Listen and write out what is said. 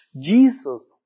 Jesus